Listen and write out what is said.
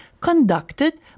conducted